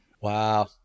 Wow